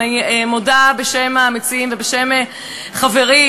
אני מודה בשם המציעים ובשם חברי,